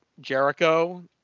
Jericho